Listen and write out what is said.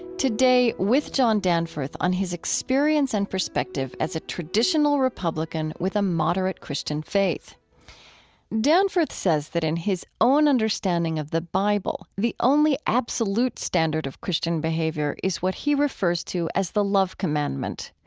today with john danforth on his experience and perspective as a traditional traditional republican with a moderate christian faith danforth says that in his own understanding of the bible, the only absolute standard of christian behavior is what he refers to as the love commandment,